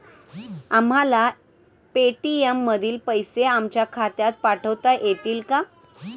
आम्हाला पेटीएम मधील पैसे आमच्या खात्यात पाठवता येतील का?